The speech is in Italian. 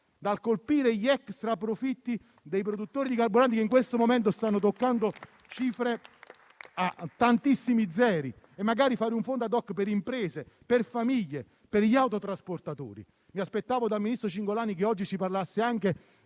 dal colpire gli extra profitti dei produttori di carburanti, che in questo momento stanno toccando cifre a tantissimi zeri. Noi chiediamo di fare un fondo *ad hoc* per imprese, famiglie e autotrasportatori. Mi aspettavo dal ministro Cingolani che oggi ci parlasse anche